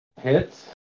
hits